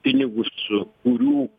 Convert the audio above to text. pinigus kurių